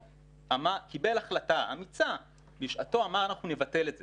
קיבל החלטה אמיצה ואמר: אנחנו נבטל את זה.